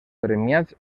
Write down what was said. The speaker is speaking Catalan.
premiats